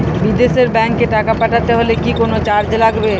বিদেশের ব্যাংক এ টাকা পাঠাতে হলে কি কোনো চার্জ লাগবে?